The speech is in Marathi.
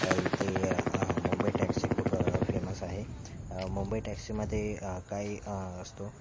इथे मुंबई टॅक्सी खूप फेमस आहे मुंबई टॅक्सीमध्ये काय असतो